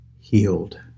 healed